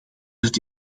het